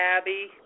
Abby